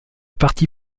partie